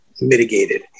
mitigated